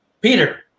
Peter